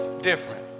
different